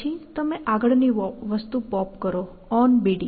પછી તમે આગળની વસ્તુ પોપ કરો onBD